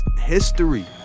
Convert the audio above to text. history